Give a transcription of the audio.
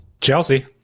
Chelsea